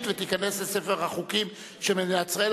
ותיכנס לספר החוקים של מדינת ישראל.